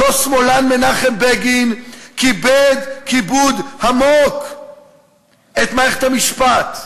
אותו שמאלן מנחם בגין כיבד כיבוד עמוק את מערכת המשפט,